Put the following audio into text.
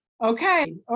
Okay